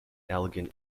elgin